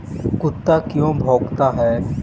कुत्ता क्यों भौंकता है?